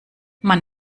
man